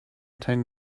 ten